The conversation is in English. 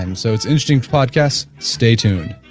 um so, it's interesting podcast, stay tuned.